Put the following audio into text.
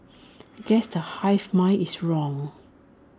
guess the hive mind is wrong